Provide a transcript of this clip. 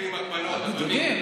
עם בידודים והגבלות, אדוני.